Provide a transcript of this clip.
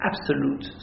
absolute